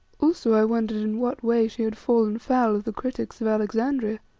also i wondered in what way she had fallen foul of the critics of alexandria.